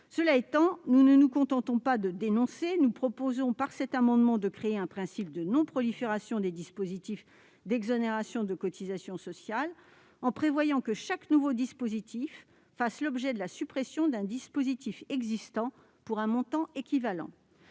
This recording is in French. Cela étant, nous ne nous contentons pas de dénoncer : nous proposons, par cet amendement, de créer un principe de non-prolifération des dispositifs d'exonération de cotisations sociales. Tout nouveau dispositif entraînera la suppression d'un dispositif existant pour un montant équivalent.